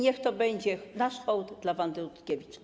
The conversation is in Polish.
Niech to będzie nasz hołd dla Wandy Rutkiewicz.